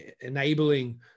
enabling